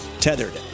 Tethered